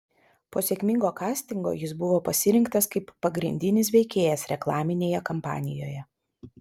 po sėkmingo kastingo jis buvo pasirinktas kaip pagrindinis veikėjas reklaminėje kampanijoje